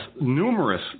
numerous